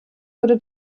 wurde